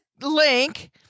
link